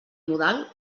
modal